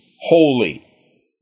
holy